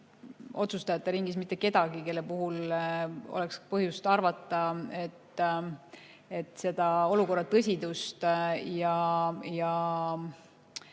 otsustajate ringis mitte kedagi, kelle puhul oleks põhjust arvata, et olukorra tõsidust ja